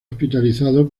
hospitalizado